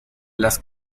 las